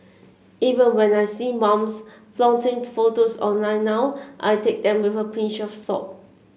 even when I see mums flaunting photos online now I take them with a pinch of salt